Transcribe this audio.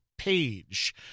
Page